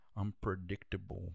unpredictable